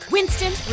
Winston